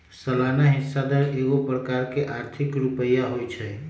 सलाना हिस्सा दर एगो प्रकार के आर्थिक रुपइया होइ छइ